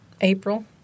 April